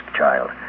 child